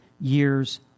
years